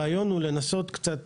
הרעיון הוא לנסות קצת יותר,